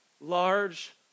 large